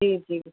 जी जी